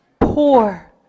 poor